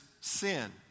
sin